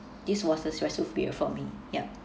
this was a stressful period for me yup